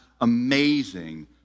amazing